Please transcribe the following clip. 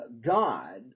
God